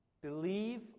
Believe